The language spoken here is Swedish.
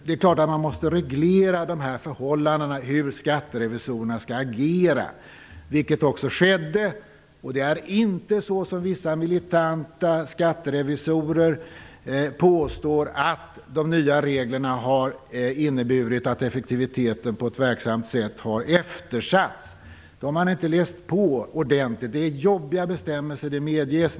Det är klart att man måste reglera dessa förhållanden och hur skatterevisorerna skall agera i ett enskilt skatteärende, vilket också skedde. Det är inte så som vissa militanta skatterevisorer påstår att de nya reglerna har inneburit att effektiviteten på ett verksamt sätt har eftersatts. De har inte läst på ordentligt. Det är jobbiga bestämmelser, det medges.